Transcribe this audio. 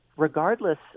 Regardless